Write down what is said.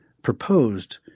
proposed